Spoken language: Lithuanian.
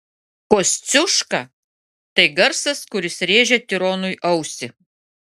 kosciuška tai garsas kuris rėžia tironui ausį